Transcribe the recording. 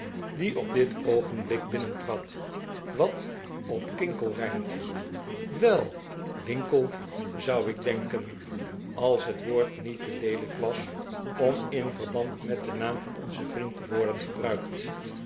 die op dit oogenblik binnentrad wat op kinkel rijmt wel winkle zou ik denken als het woord niet te leelijk was om in verband met den naam van onzen vriend te worden gebruikt